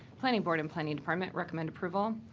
planning board and planning department recommend approval.